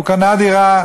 הוא קנה דירה,